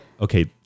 Okay